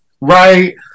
right